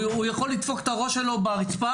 הוא יכול לדפוק את הראש שלו ברצפה,